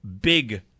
big